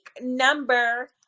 number